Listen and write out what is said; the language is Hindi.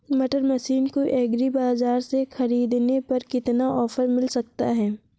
कटर मशीन को एग्री बाजार से ख़रीदने पर कितना ऑफर मिल सकता है?